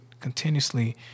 continuously